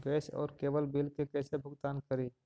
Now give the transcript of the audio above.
Gas और cable bill के कैसे भुगतान करी?